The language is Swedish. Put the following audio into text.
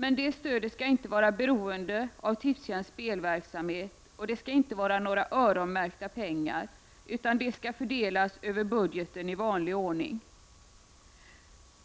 Men det stödet skall inte vara beroende av Tipstjänsts spelverksamhet och det skall inte vara fråga om några öronmärkta pengar. Stödet skall i stället fördelas över budgeten i vanlig ordning.